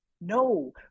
No